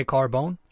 Carbone